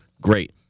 Great